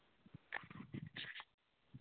अ